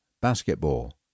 Basketball